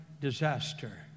Disaster